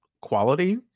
quality